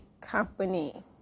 company